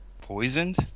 Poisoned